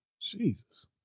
Jesus